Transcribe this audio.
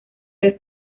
del